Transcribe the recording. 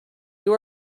you